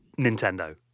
Nintendo